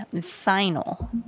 final